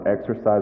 exercise